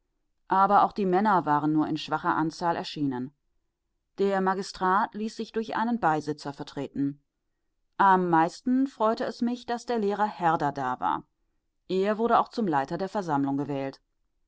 aber auch die männer waren nur in schwacher anzahl erschienen der magistrat ließ sich durch einen beisitzer vertreten am meisten freute es mich daß der lehrer herder da war er wurde auch zum leiter der versammlung gewählt